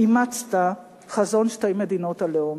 אימצת: חזון שתי מדינות הלאום.